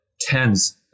tens